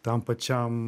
tam pačiam